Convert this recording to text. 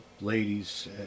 ladies